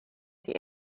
die